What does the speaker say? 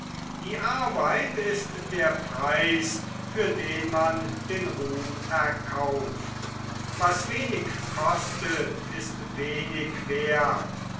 die arbeit ist der preis für den man den ruhm erkauft was wenig kostet ist wenig werth